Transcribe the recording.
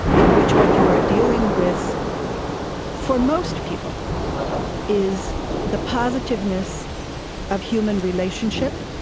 in which what you are dealing with for most people is the positiveness of human relationship,